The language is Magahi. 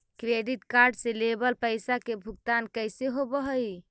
क्रेडिट कार्ड से लेवल पैसा के भुगतान कैसे होव हइ?